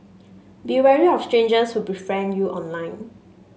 be wary of strangers who befriend you online